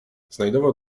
znajdował